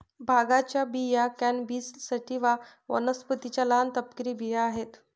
भांगाच्या बिया cannabis sativa वनस्पतीच्या लहान, तपकिरी बिया आहेत